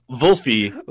Wolfie